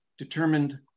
Determined